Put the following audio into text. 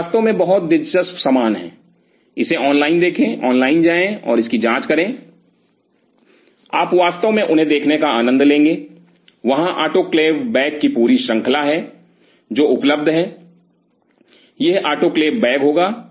वे वास्तव में बहुत दिलचस्प सामान हैं इसे ऑनलाइन देखें ऑनलाइन जाएं और इसकी जांच करें आप वास्तव में उन्हें देखने का आनंद लेंगे वहाँ आटोक्लेव बैग की पूरी श्रृंखला है जो उपलब्ध हैं यह आटोक्लेव बैग होगा